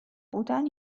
بودن